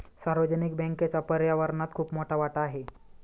सार्वजनिक बँकेचा पर्यावरणात खूप मोठा वाटा आहे